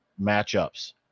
matchups